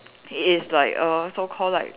is like a so called like